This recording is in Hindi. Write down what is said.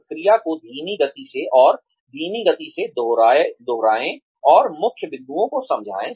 प्रक्रिया को धीमी गति से और धीमी गति से दोहराए और मुख्य बिंदुओं को समझाएं